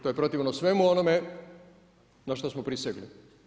To je protivno svemu onome na što smo prisegli.